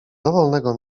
dowolnego